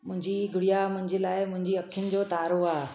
मुंहिंजी गुड़िया मुंहिंजे लाइ मुंहिंजी अख़ियुनि जो तारो आहे